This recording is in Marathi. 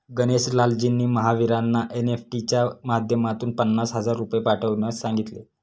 गणेश लालजींनी महावीरांना एन.ई.एफ.टी च्या माध्यमातून पन्नास हजार रुपये पाठवण्यास सांगितले